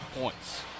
points